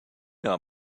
know